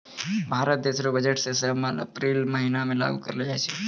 भारत देश रो बजट के सब साल अप्रील के महीना मे लागू करलो जाय छै